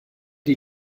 die